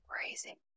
crazy